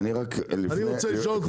רגע אני רוצה לשאול,